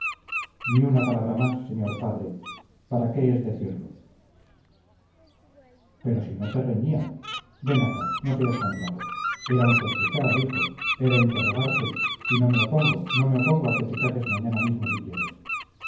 ni una palabra más señor padre para qué es decirlo pero si no te reñía ven acá no seas tan bravo era un sospechar hijo era interrogarte y no me opongo no me opongo a que te cases mañana mismo si quieres